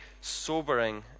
sobering